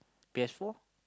P_S-four